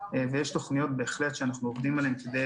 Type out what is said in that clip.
יש תוכניות שאנחנו עובדים עליהן כדי